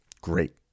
great